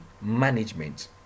management